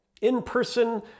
In-person